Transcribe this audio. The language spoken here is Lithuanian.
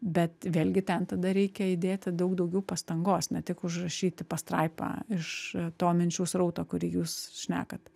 bet vėlgi ten tada reikia įdėti daug daugiau pastangos ne tik užrašyti pastraipą iš to minčių srauto kurį jūs šnekat